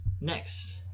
Next